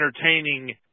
entertaining